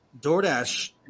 Doordash